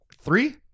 three